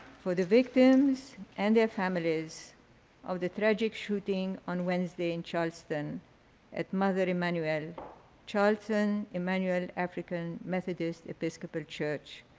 for the victims and their families of the tragic shooting on wednesday in charleston at mother emmanuel charleston emmanuel african methodist episcopal church.